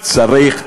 צריך,